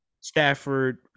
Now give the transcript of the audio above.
Stafford